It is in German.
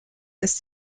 ist